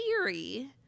theory